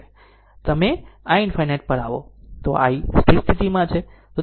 જો તમે આ i ∞ પર આવો તો i સ્થિર સ્થિતિમાં છે